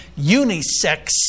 unisex